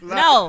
no